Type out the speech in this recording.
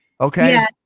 Okay